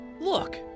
Look